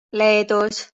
leedus